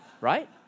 Right